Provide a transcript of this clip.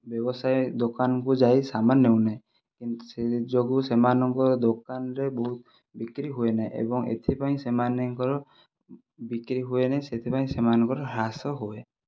ବ୍ୟବସାୟୀ ଦୋକାନକୁ ଯାଇ ସାମାନ ନେଉନେ କିନ୍ତୁ ସେ ଯୋଗୁଁ ସେମାନଙ୍କ ଦୋକାନରେ ବହୁତ ବିକ୍ରି ହୁଏନି ଏବଂ ଏଥିପାଇଁ ସେମାନଙ୍କର ବିକ୍ରି ହୁଏ ନାହିଁ ସେଥିପାଇଁ ସେମାନଙ୍କର ହ୍ରାସ ହୁଏ